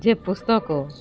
જે પુસ્તકો